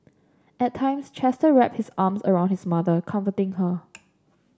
at times Chester wrap his arms around his mother comforting her